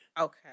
Okay